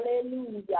hallelujah